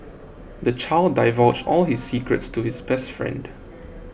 the child divulged all his secrets to his best friend